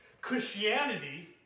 Christianity